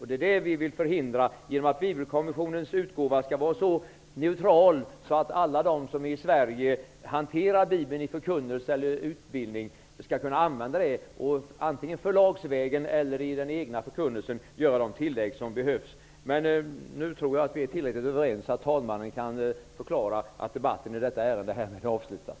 Det är vad vi vill förhindra genom att Bibelkommissionens utgåva skall vara så neutral så att alla de som i Sverige hanterar Bibeln i förkunnelse eller utbildning skall kunna använda den. De tillägg som behövs skulle kunna göras antingen förlagsvägen eller i den egna förkunnelsen. Men nu tror jag att vi är tillräckligt överens för att talmannen skall kunna förklara debatten härmed avslutad.